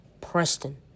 Preston